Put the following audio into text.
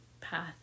path